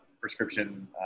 prescription